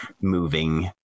moving